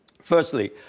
firstly